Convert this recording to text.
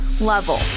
level